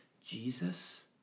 Jesus